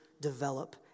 develop